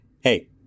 hey